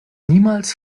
niemals